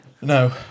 no